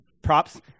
props